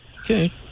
Okay